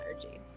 energy